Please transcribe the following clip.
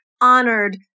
honored